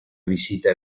visita